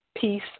peace